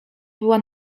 była